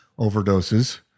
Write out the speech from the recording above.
overdoses